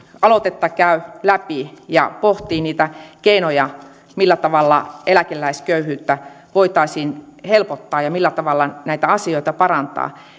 aloitetta käy läpi ja pohtii niitä keinoja millä tavalla eläkeläisköyhyyttä voitaisiin helpottaa ja millä tavalla näitä asioita parantaa